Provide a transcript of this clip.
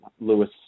Lewis